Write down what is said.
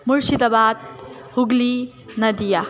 Murshidabad Hooghly Nadia